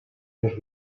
los